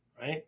right